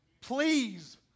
Please